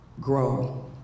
grow